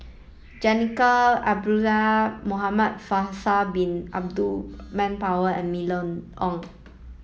Jacintha Abisheganaden Muhamad Faisal bin Abdul Manap and Mylene Ong